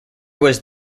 was